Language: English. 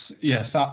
yes